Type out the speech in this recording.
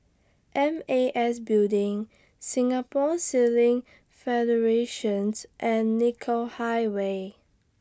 M A S Building Singapore Sailing Federation and Nicoll Highway